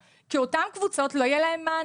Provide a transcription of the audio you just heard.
כך שדווקא לאותן קבוצות לא יהיה מענה.